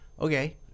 Okay